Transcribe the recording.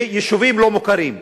ויש יישובים לא מוכרים.